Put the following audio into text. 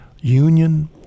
union